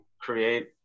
create